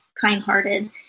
kind-hearted